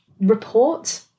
report